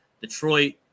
Detroit